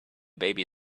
baby